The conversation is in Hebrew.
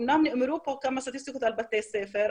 אמנם נאמרו פה כמה סטטיסטיקות על בתי ספר,